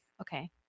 Okay